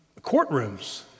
courtrooms